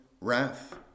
wrath